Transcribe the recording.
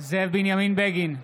זאב בנימין בגין,